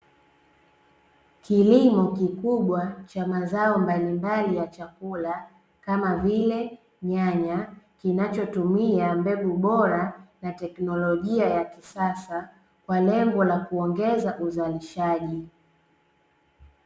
Kilimo kikubwa cha mazao mbalimbali ya chakula kama vile nyanya, kinachotumia mbegu bora na teknolojia ya kisasa kwa lengo la kuongeza uzalishaji.